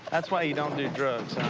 that's why you don't do drugs,